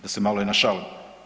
Da se malo i našalim.